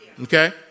Okay